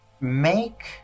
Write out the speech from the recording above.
Make